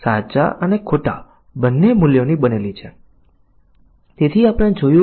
આપણે white box પરીક્ષણ દીઠ 6 7 મહત્વપૂર્ણ વ્યૂહરચના જોઈશું